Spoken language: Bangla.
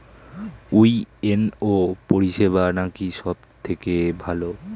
ইউ.এন.ও পরিসেবা নাকি সব থেকে ভালো?